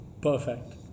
Perfect